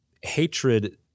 Hatred